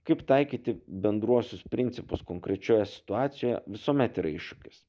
kaip taikyti bendruosius principus konkrečioje situacijoje visuomet yra iššūkis